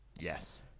yes